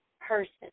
person